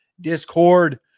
Discord